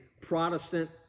Protestant